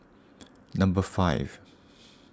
number five